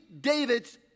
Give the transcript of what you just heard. David's